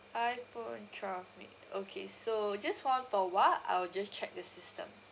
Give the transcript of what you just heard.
iphone twelve wait okay so just hold on for a while I'll just check the system